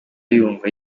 yumva